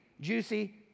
juicy